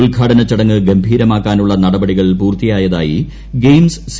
ഉദ്ഘാടന ചടങ്ങ് ഗ്രിഭീർമാ്ക്കാനുള്ള നടപടികൾ പൂർത്തിയായതായി ഗെയിംസ് സി